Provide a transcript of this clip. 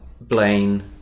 Blaine